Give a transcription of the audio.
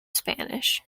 spanish